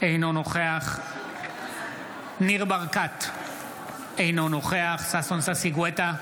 אינו נוכח ניר ברקת, אינו נוכח ששון ששי גואטה,